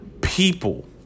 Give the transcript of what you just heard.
people